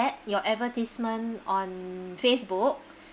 your advertisement on facebook